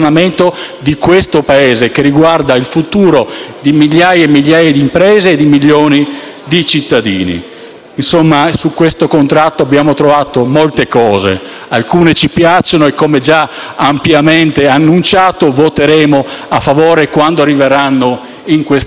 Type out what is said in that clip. di questo Paese, che riguarda il futuro di migliaia e migliaia di imprese e di milioni di cittadini. Insomma, su questo contratto abbiamo trovato molte cose, alcune ci piacciono e - come già ampiamente annunciato - voteremo a favore quando arriveranno in quest'Aula,